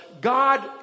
God